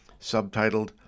Subtitled